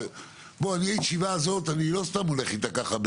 אני לא סתם הולך עם הישיבה הזאת כך.